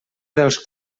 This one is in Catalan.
dels